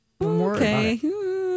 Okay